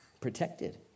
protected